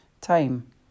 time